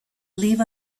leave